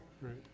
right